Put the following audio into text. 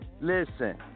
Listen